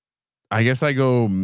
i guess i go,